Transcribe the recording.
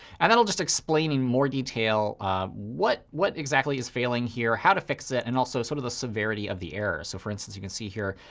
and that'll just explain in more detail what what exactly is failing here, how to fix it, and also sort of the severity of the error. so for instance, you can see here,